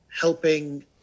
helping